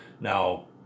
Now